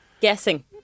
guessing